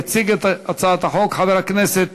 יציג את הצעת החוק חבר הכנסת